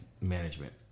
management